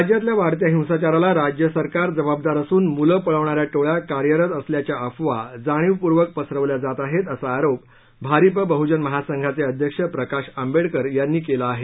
राज्यातल्या वाढत्या हिंसाचाराला राज्य सरकार जबाबदार असून मुलं पळवणा या टोळ्या कार्यरत असल्याच्या अफवा जाणीवपूर्वक पसरवल्या जात आहेत असा आरोप भारिप बहुजन महासंघाचे अध्यक्ष प्रकाश आंबेडकर यांनी केला आहे